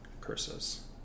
curses